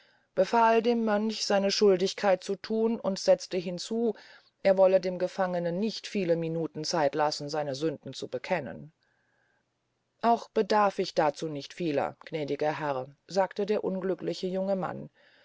befahl dem mönch seine schuldigkeit zu thun und setzte hinzu er wolle dem gefangenen nicht viele minuten zeit lassen seine sünden zu bekennen auch bedarf ich dazu nicht vieler gnädiger herr sagte der unglückliche junge mann